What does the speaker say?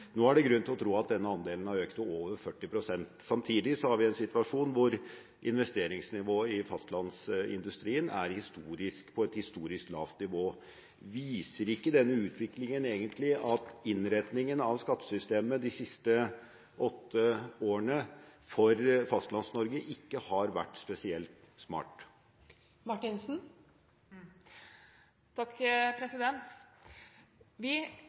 Nå er det grunn til å tro at denne andelen har økt til over 40 pst. Samtidig har vi en situasjon hvor investeringsnivået i fastlandsindustrien er på et historisk lavt nivå. Viser ikke denne utviklingen egentlig at innretningen av skattesystemet for Fastlands-Norge de siste åtte årene ikke har vært spesielt smart? Vi